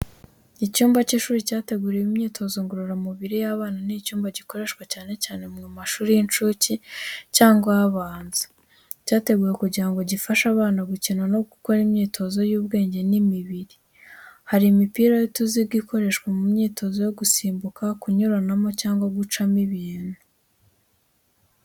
Icyumba cy’ishuri cyateguriwe imyitozo ngororamubiri y’abana ni icyumba gikoreshwa cyane cyane mu mashuri y’inshuke cyangwa abanza, cyateguwe kugira ngo gifashe abana gukina no gukora imyitozo y’ubwenge n’imibiri. Hari Imipira y’utuziga ikoreshwa mu myitozo yo gusimbuka, kunyuranamo, cyangwa gucamo ibintu.